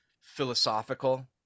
philosophical